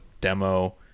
demo